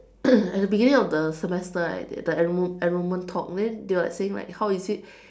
at the beginning of the semester right the enrol~ enrollment talk when they were like saying how is it